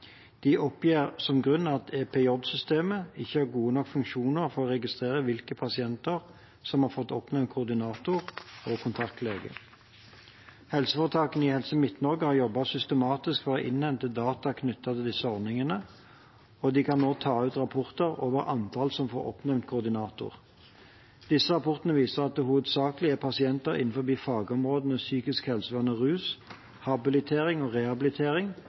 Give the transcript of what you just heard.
De oppgir som grunn at EPJ-systemet ikke har gode nok funksjoner for å registrere hvilke pasienter som har fått oppnevnt koordinator og kontaktlege. Helseforetakene i Helse Midt-Norge har jobbet systematisk for å innhente data knyttet til disse ordningene, og de kan nå ta ut rapporter over antall som får oppnevnt koordinator. Rapportene viser at det hovedsakelig er pasienter innenfor fagområdene psykisk helsevern og rus, habilitering og rehabilitering